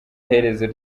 iherezo